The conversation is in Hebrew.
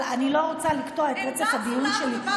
אבל אני לא רוצה לקטוע את רצף הדיון שלי.